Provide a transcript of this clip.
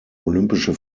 olympische